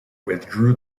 withdrew